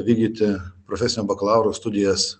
vykdyti profesinio bakalauro studijas